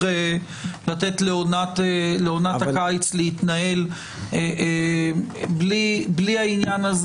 לתת לעונת הקיץ להתנהל בלי העניין הזה.